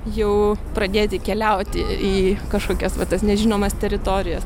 jau pradėti keliauti į kažkokias va tas nežinomas teritorijas